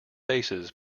basses